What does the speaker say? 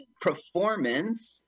performance